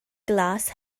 glas